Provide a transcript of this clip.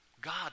God